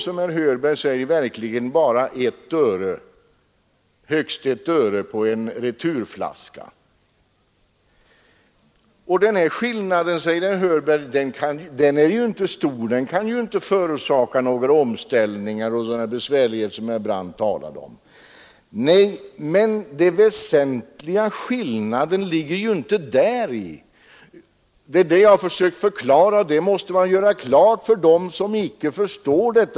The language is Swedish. Avgiften blir då som herr Hörberg säger högst 1 öre på en returflaska. Den skillnaden, säger herr Hörberg, är inte stor — den kan inte förorsaka sådana omställningssvårigheter som herr Brandt talade om. Nej, men den väsentliga skillnaden ligger inte däri. Det har jag försökt förklara, och det måste man göra klart för dem som inte förstår detta.